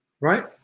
Right